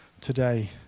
today